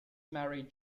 mary